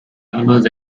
animals